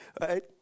Right